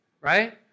right